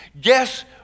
Guess